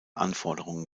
anforderungen